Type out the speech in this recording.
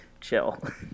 chill